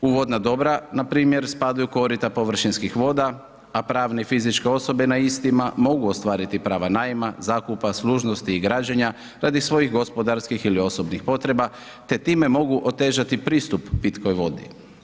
U vodna dobra npr. spadaju korita površinskih voda a pravne i fizičke osobe na istima mogu ostvariti prava najma, zakupa, služnosti i građena radi svojih gospodarskih ili osobnih potreba te time mogu otežati pristup pitkoj vodi.